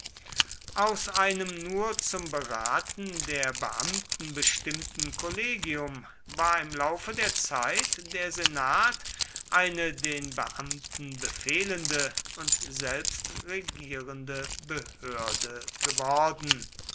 aus einem nur zum beraten der beamten bestimmten kollegium war im laufe der zeit der senat eine den beamten befehlende und selbstregierende behörde geworden